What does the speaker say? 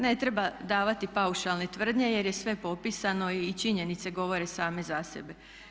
Ne treba davati paušalne tvrdnje, jer je sve popisano i činjenice govore same za sebe.